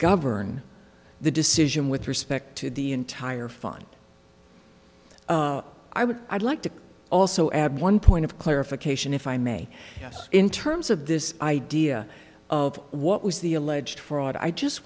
govern the decision with respect to the entire fine i would i'd like to also add one point of clarification if i may yes in terms of this idea of what was the alleged fraud i just